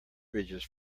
bridges